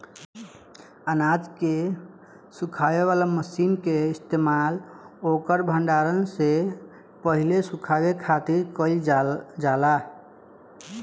अनाज के सुखावे वाला मशीन के इस्तेमाल ओकर भण्डारण से पहिले सुखावे खातिर कईल जाला